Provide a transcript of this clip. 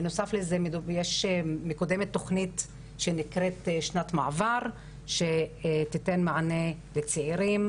בנוסף לזה מקודמת תוכנית שנקראת שנת מעבר שתיתן מענה לצעירים